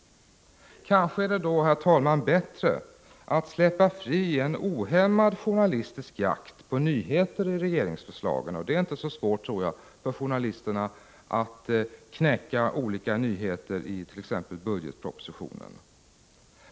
Kanske är det då, herr talman, bättre att släppa fri en ohämmad journalistisk jakt på nyheter i regeringsförslagen. Jag tror inte att det är'så svårt för journalisterna att knäcka olika nyheterit.ex. budgetpropositionen.